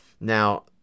Now